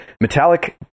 metallic